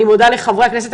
אני מודה לחברי הכנסת.